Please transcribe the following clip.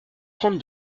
trente